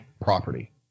property